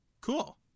Cool